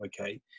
okay